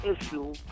issue